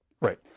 right